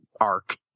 arc